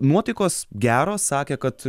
nuotaikos geros sakė kad